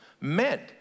meant